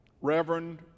Reverend